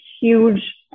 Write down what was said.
huge